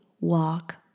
walk